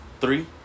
three